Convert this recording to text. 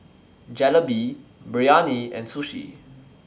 Jalebi Biryani and Sushi